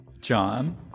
John